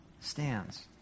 stands